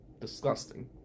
disgusting